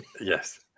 Yes